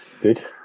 Good